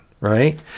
right